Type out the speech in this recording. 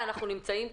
אני רק אזכיר כאן,